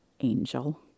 angel